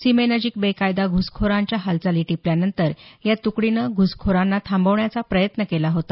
सीमेनजिक बेकायदा घुसखोरांच्या हालचाली टिपल्यानंतर या तुकडीनं घुसखोरांना थांबवण्याचा प्रयत्न केला होता